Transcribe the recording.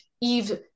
Eve